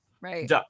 right